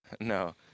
No